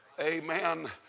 Amen